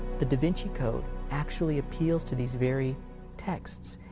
the da vinci code actually appeals to these very texts.